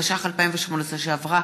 התשע"ח 2018, שעברה